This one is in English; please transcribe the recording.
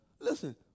listen